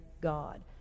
God